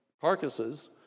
carcasses